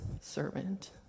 servant